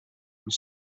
mis